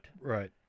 right